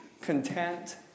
content